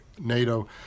NATO